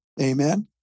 Amen